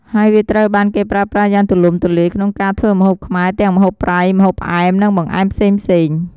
ហើយវាត្រូវបានគេប្រើប្រាស់យ៉ាងទូលំទូលាយក្នុងការធ្វើម្ហូបខ្មែរ ទាំងម្ហូបប្រៃ ម្ហូបផ្អែម និងបង្អែមផ្សេងៗ។